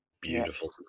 Beautiful